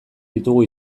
ditugu